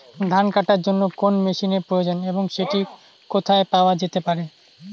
ধান কাটার জন্য কোন মেশিনের প্রয়োজন এবং সেটি কোথায় পাওয়া যেতে পারে?